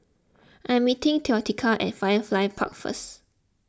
I am meeting theodocia at Firefly Park first